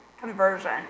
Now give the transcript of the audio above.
conversion